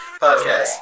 podcast